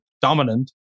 dominant